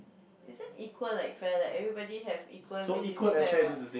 is it equal like fair like everybody have equal means it's fair what